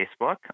Facebook